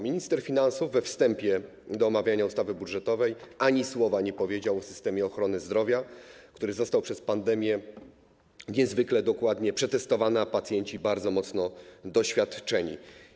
Minister finansów we wstępie do omawiania ustawy budżetowej ani słowa nie powiedział o systemie ochrony zdrowia, który został przez pandemię niezwykle dokładnie przetestowany, a pacjenci - bardzo mocno doświadczeni.